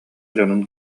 дьонун